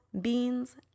beans